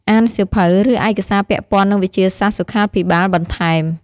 អានសៀវភៅ ឬឯកសារពាក់ព័ន្ធនឹងវិទ្យាសាស្ត្រសុខាភិបាលបន្ថែម។